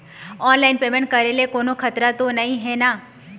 Online payment करे ले कोन्हो खतरा त नई हे न?